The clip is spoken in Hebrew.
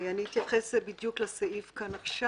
אני אתייחס בדיוק לסעיף כאן עכשיו.